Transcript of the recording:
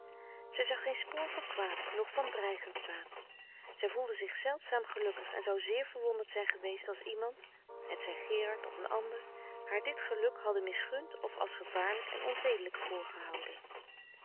zij zag geen spoor van kwaad noch van dreigend kwaad zij voelde zich zeldzaam gelukkig en zou zeer verwonderd zijn geweest als iemand hetzij gerard of een ander haar dit geluk hadden misgund of als gevaarlijk en onzedelijk voor gehouden